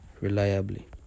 reliably